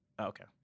Okay